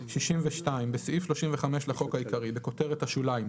62. בסעיף 35 לחוק העיקרי - בכותרת השוליים,